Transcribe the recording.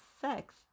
sex